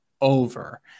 over